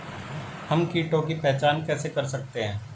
हम कीटों की पहचान कैसे कर सकते हैं?